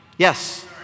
Yes